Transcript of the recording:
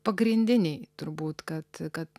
pagrindiniai turbūt kad kad